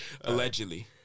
Allegedly